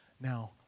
Now